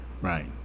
Right